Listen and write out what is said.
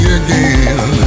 again